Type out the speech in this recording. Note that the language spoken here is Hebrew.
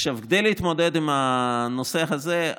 כדי להתמודד עם הנושא הזה,